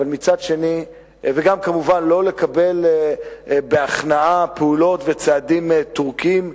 וגם כמובן לא לקבל בהכנעה פעולות וצעדים טורקיים,